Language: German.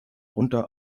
unter